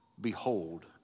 behold